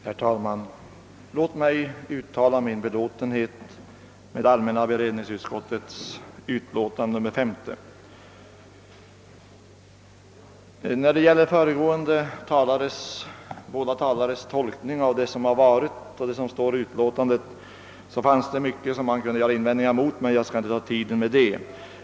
Herr talman! Låt mig uttala min belåtenhet med allmänna beredningsutskottets utlåtande nr 50. När det gäller de båda föregående talarnas tolkning av det som har varit och det som står i utlåtandet skulle man kunna göra många invändningar, men jag skall inte uppta tiden med detta.